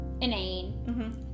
inane